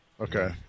Okay